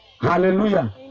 Hallelujah